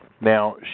Now